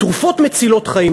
תרופות מצילות חיים,